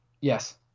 Yes